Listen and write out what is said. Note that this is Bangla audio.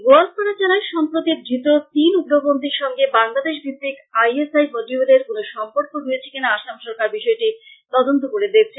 গোয়ালপাড়া জেলায় সম্প্রতি ধৃত তিন উগ্রপন্থীর সঙ্গে বাংলাদেশ ভিত্তিক আই এস আই মডিউলের কোন সম্পর্ক রয়েছে কি না আসাম সরকার বিষয়টি তদন্ত করে দেখছে